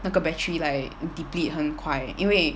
那个 battery 来 deplete 很快因为